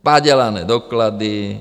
Padělané doklady.